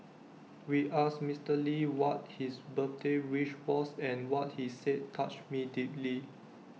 we asked Mister lee what his birthday wish was and what he said touched me deeply